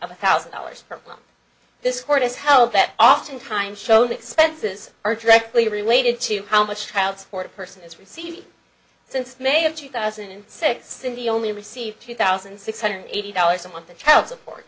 of a thousand dollars per month this court has held that oftentimes show expenses are directly related to how much child support person has received since may of two thousand and six cindy only received two thousand six hundred eighty dollars a month in child support